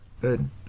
Good